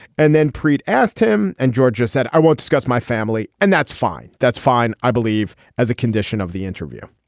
and then preet asked him. and georgia said i won't discuss my family and that's fine that's fine. i believe as a condition of the interview.